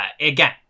again